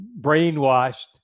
Brainwashed